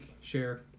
share